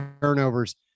turnovers